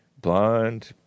blonde